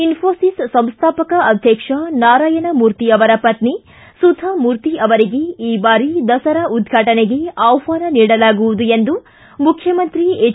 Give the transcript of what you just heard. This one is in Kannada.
ಇನ್ಫೋಸಿಸ್ ಸಂಸ್ಟಾಪಕ ಅಧ್ಯಕ್ಷ ನಾರಾಯಣ ಮೂರ್ತಿ ಅವರ ಪತ್ನಿ ಸುಧಾ ಮೂರ್ತಿ ಅವರಿಗೆ ಈ ಬಾರಿ ದಸರಾ ಉದ್ಘಾಟನೆಗೆ ಆಹ್ಲಾನ ನೀಡಲಾಗುವುದು ಎಂದು ಮುಖ್ಯಮಂತ್ರಿ ಹೆಚ್